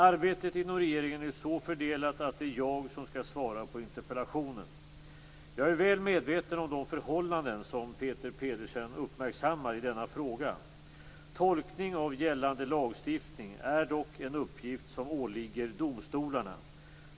Arbetet inom regeringen är så fördelat att det är jag som skall svara på interpellationen. Jag är väl medveten om de förhållanden som Peter Pedersen uppmärksammar i denna fråga. Tolkning av gällande lagstiftning är dock en uppgift som åligger domstolarna.